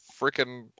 freaking